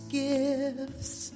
gifts